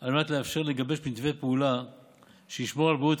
על מנת לאפשר לגבש מתווה פעולה שישמור על בריאות